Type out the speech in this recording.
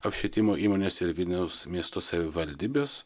apšvietimo įmonės ir vilniaus miesto savivaldybės